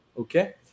Okay